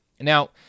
Now